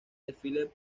desfile